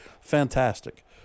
Fantastic